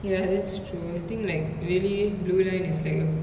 ya that's true I think like really blue line is like a